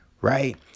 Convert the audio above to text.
right